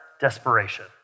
desperation